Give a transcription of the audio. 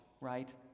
right